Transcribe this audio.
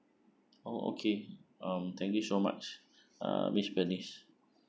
oh okay um thank you so much uh miss bernice